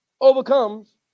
overcomes